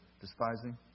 despising